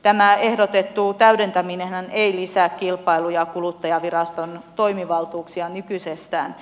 tämä ehdotettu täydentäminenhän ei lisää kilpailu ja kuluttajaviraston toimivaltuuksia nykyisestään